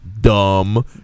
dumb